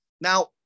Now